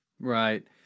Right